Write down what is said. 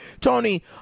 Tony